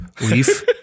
Leaf